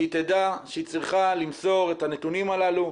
שהיא תדע שהיא צריכה למסור את הנתונים הללו.